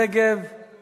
הכנסת, תודה רבה.